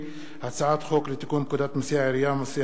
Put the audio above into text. הצעת חוק לתיקון פקודת מסי העירייה ומסי